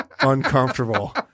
uncomfortable